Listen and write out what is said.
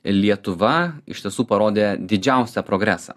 lietuva iš tiesų parodė didžiausią progresą